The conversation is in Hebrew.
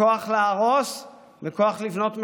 כוח להרוס וכוח לבנות מחדש,